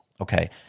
Okay